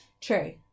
True